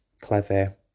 clever